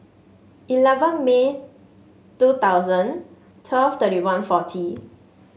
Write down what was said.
eleven May two thousand twelve thirty one forty